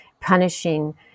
punishing